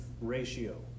ratio